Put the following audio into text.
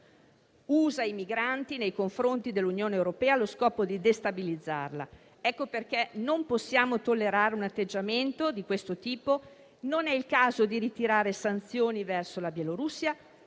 usa i migranti nei confronti dell'Unione europea allo scopo di destabilizzarla. Ecco perché non possiamo tollerare un atteggiamento di questo tipo. Non è il caso di ritirare sanzioni verso la Bielorussia.